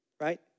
right